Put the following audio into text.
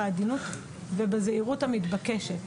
בהגינות ובזהירות המתבקשת.